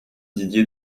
didier